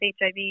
HIV